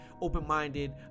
open-minded